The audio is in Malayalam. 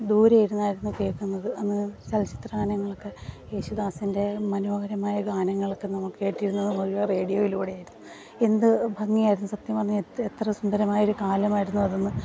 ദൂരെ ഇരുന്നായിരുന്ന് കേൾക്കുന്നത് അന്ന് ചലച്ചിത്ര ഗാനങ്ങളൊക്കെ യേശുദാസിൻ്റെ മനോഹരമായ ഗാനങ്ങളൊക്കെ നമ്മൾ കേട്ടിരുന്നത് മുഴുവൻ റേഡിയോയിലൂടെ ആയിരുന്നു എന്ത് ഭംഗിയായിരുന്നു സത്യം പറഞ്ഞാൽ എത്ര സുന്ദരമായൊരു കാലമായിരുന്നു അതെന്ന്